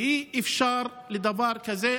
כי אי-אפשר שיהיה דבר כזה.